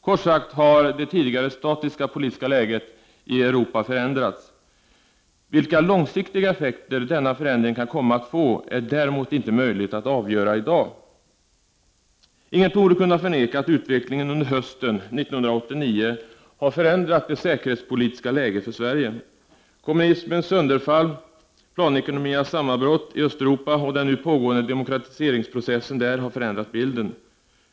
Kort sagt har det tidigare statiska politiska läget i Europa förändrats. Vilka långsiktiga effekter denna förändring kan komma att få är det däremot inte möjligt att avgöra i dag. Ingen torde kunna förneka att utvecklingen under hösten 1989 har förändrat det säkerhetspolitiska läget för Sverige. Kommunismens sönderfall, planekonomiernas sammanbrott i Östeuropa och den nu pågående demokratiseringsprocessen där har förändrat bilden.